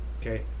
okay